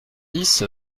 dix